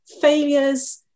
failures